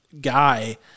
guy